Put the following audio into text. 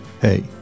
hey